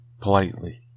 politely